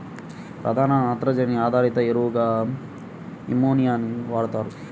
ప్రధాన నత్రజని ఆధారిత ఎరువుగా అమ్మోనియాని వాడుతారు